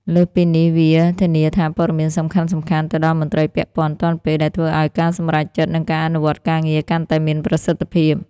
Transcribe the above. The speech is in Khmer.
លើសពីនេះ វា ធានាថាព័ត៌មានសំខាន់ៗទៅដល់មន្ត្រីពាក់ព័ន្ធទាន់ពេល ដែលធ្វើឱ្យការសម្រេចចិត្ត និងការអនុវត្តការងារកាន់តែមានប្រសិទ្ធភាព។